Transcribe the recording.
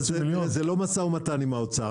משא ומתן עם האוצר,